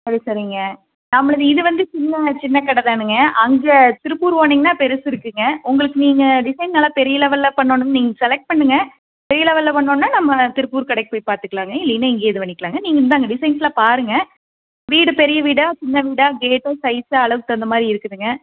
சரி சரிங்க நம்மளது இது வந்து சின்ன சின்ன கடை தானுங்க அங்கே திருப்பூர் போனிங்கனால் பெருசு இருக்குதுங்க உங்களுக்கு நீங்கள் டிசைன் நல்லா பெரிய லெவலில் பண்ணணும் நீங்க செலக்ட் பண்ணுங்க பெரிய லெவலில் பண்ணணோன்னா நம்ம திருப்பூர் கடைக்கு போய் பார்த்துக்லாங்க நீங்கள் இல்லைன்னா இங்கேயே இது பண்ணிக்கலாங்க நீங்கள் இந்தாங்க டிசைன்ஸெலாம் பாருங்க வீடு பெரிய வீடா சின்ன வீடா கேட்டும் சைஸாக அளவுக்கு தகுந்த மாதிரி இருக்குதுங்க